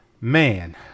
man